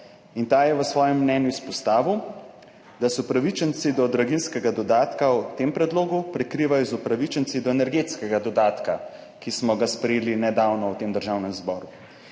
Ta je v svojem mnenju izpostavila, da se upravičenci do draginjskega dodatka v tem predlogu prekrivajo z upravičenci do energetskega dodatka, ki smo ga sprejeli nedavno v Državnem zboru.